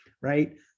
right